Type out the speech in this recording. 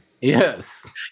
yes